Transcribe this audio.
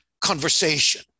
conversation